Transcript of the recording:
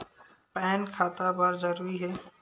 Pan खाता बर जरूरी हे?